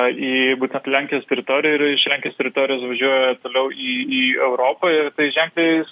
į būtent lenkijos teritoriją ir iš lenkijos teritorijos važiuoja toliau į į europą ir tai ženkliai